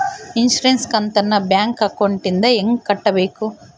Insurance ಕಂತನ್ನ bank ಅಕೌಂಟಿಂದ ಹೆಂಗ ಕಟ್ಟಬೇಕು?